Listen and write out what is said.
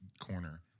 corner